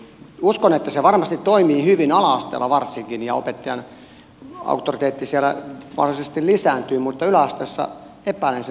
uskon että se varmasti toimii hyvin ala asteella varsinkin ja opettajan auktoriteetti siellä mahdollisesti lisääntyy mutta yläasteella epäilen sen toimivuutta